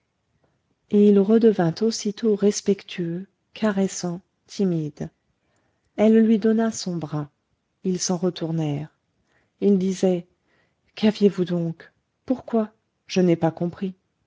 et il redevint aussitôt respectueux caressant timide elle lui donna son bras ils s'en retournèrent il disait qu'aviez-vous donc pourquoi je n'ai pas compris